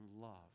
love